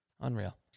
Unreal